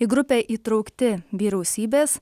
į grupę įtraukti vyriausybės